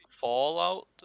Fallout